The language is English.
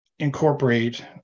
incorporate